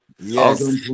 yes